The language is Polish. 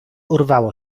urwało